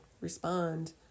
respond